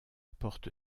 porte